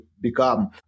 become